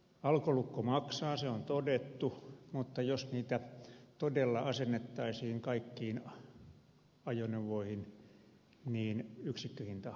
alkolukko maksaa se on todettu mutta jos niitä todella asennettaisiin kaikkiin ajoneuvoihin niin yksikköhinta halpenisi